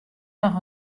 noch